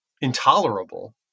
intolerable